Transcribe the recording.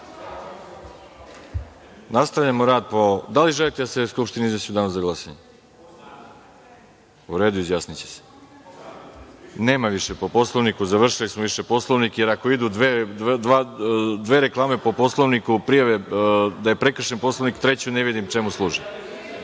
vama ne odgovore? Da li želite da se Skupština izjasni u danu za glasanje?U redu, izjasniće se. Nema više po Poslovniku. Završili smo Poslovnik, jer ako idu dve reklame po Poslovniku, prijave da je prekršen Poslovnik, treću ne vidim čemu služi. Reč